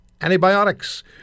antibiotics